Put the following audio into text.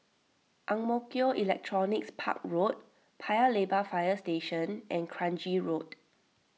Ang Mo Kio Electronics Park Road Paya Lebar Fire Station and Kranji Road